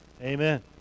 amen